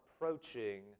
approaching